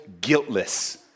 guiltless